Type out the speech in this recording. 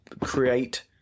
create